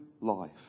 life